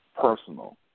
Personal